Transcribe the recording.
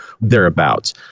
thereabouts